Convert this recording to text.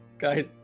Guys